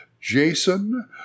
Jason